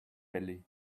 belly